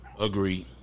Agreed